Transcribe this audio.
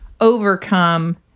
overcome